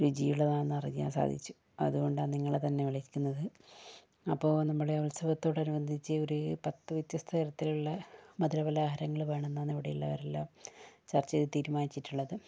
രുചിയുള്ളതാന്ന് അറിയാൻ സാധിച്ചു അതുകൊണ്ടാണ് നിങ്ങളെ തന്നെ വിളിക്കുന്നത് അപ്പോൾ നമ്മുടെ ഉത്സവത്തോട് അനുബന്ധിച്ച് ഒരു പത്ത് വ്യത്യസ്ത തരത്തിലുള്ള മധുര പലഹാരങ്ങള് വേണമെന്നാണ് ഇവിടെയുള്ളവരെല്ലാം ചർച്ച ചെയ്ത് തീരുമാനിച്ചിട്ടുള്ളതും